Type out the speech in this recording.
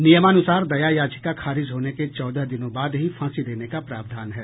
नियमानुसार दया याचिका खारिज होने के चौदह दिनों बाद ही फांसी देने का प्रावधान है